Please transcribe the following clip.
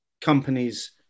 companies